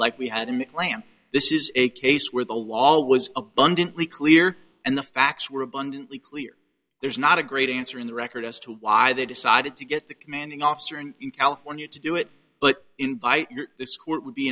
like we had a lamb this is a case where the law was abundantly clear and the facts were abundantly clear there's not a great answer in the record as to why they decided to get the commanding officer in california to do it but invite your